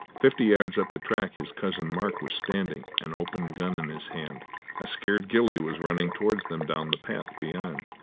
fifty yards up the track his cousin mark was standing, an open gun in his hand a scared ghillie was running towards them down the path beyond.